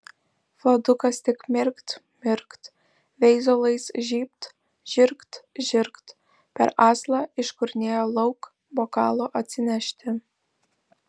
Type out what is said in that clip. vladukas tik mirkt mirkt veizolais žybt žirgt žirgt per aslą iškurnėjo lauk bokalo atsinešti